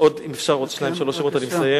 אם אפשר עוד שניים-שלושה שמות, אני מסיים.